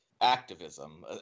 activism